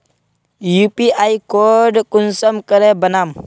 UPI code कुंसम करे बनाम?